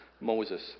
Moses